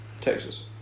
Texas